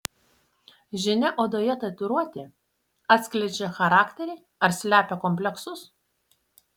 žinia odoje tatuiruotė atskleidžia charakterį ar slepia kompleksus